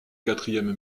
quatrième